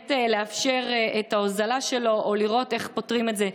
לאפשר את ההוזלה שלו או לראות איך פותרים את זה.